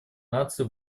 наций